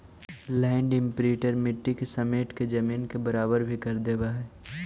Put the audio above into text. land imprinter मट्टी के समेट के जमीन के बराबर भी कर देवऽ हई